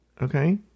okay